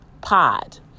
pod